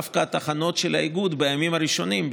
דווקא בתחנות של האיגוד בימים הראשונים,